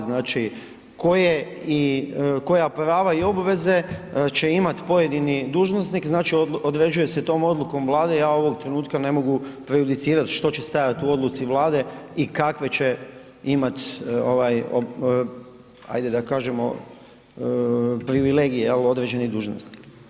Znači, koje i, koja prava i obveze će imati pojedini dužnosnik znači određuje se tom odlukom vlade, ja ovog trenutka ne mogu prejudicirat što će stajat u odluci Vlade i kakve će imat ovaj ajde da kažemo privilegije jel određeni dužnosnik.